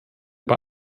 bei